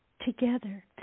together